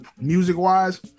music-wise